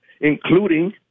including